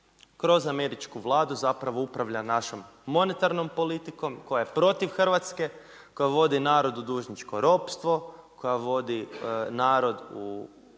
kroz Američku Vladu zapravo upravlja našom monetarnom politikom, koja je protiv Hrvatske, koja vodi narod u dužničko ropstvo, koja vodi narod u besparicu,